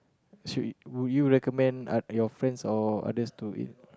should would you recommend uh your friends or others to eat